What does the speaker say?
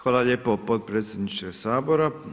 Hvala lijepo potpredsjedniče Sabora.